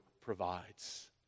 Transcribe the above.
provides